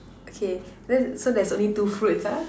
okay then so there's only two fruits ah